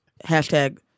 Hashtag